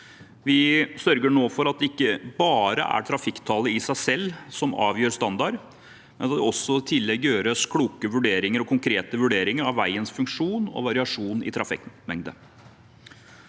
Vi sørger nå for at det ikke bare er trafikktallet i seg selv som avgjør standard, men at det i tillegg gjøres kloke og konkrete vurderinger av veiens funksjon og variasjon i trafikkmengde.